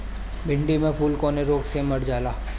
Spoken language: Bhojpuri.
भिन्डी के फूल कौने रोग से मर जाला?